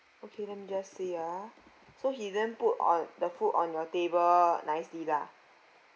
okay let me just see ah so he didn't put on the food on your table nicely lah